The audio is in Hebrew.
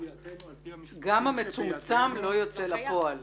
גם המצומצם לא יוצא לפועל.